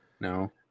No